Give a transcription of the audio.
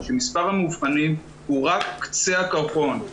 שמספר המאובחנים הוא רק קצה הקרחון.